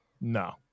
no